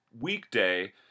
weekday